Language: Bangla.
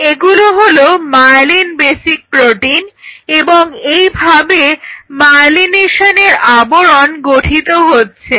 এগুলো হলো মায়েলিন বেসিক প্রোটিন এবং এইভাবে মায়েলিনেশনের আবরণ গঠিত হচ্ছে